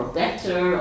better